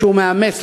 שהוא מאמץ,